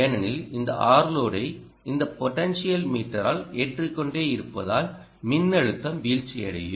ஏனெனில் இந்த Rload ஐ இந்த பொடன்ஷியல் மீட்டரால் ஏற்றிக் கொண்டே இருப்பதால் மின்னழுத்தம் வீழ்ச்சியடையும்